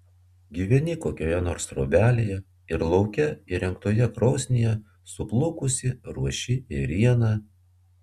gyveni kokioje nors trobelėje ir lauke įrengtoje krosnyje suplukusi ruoši ėrieną